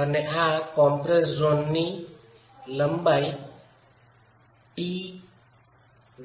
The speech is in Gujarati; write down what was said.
અને આ કોમ્પ્રેસડ ઝોનની લંબાઈ t